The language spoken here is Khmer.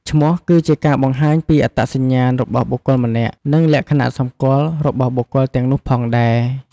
ឈ្មោះគឺជាការបង្ហាញពីអត្តសញ្ញាណរបស់បុគ្គលម្នាក់ និងលក្ខណៈសម្គាល់របស់បុគ្គលទាំងនោះផងដែរ។